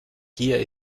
gier